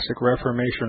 Reformation